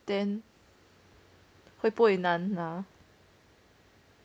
then 会不会难吗